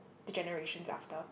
the generations after